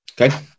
okay